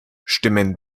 stimmen